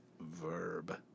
verb